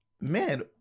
man